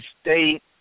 State